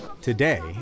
Today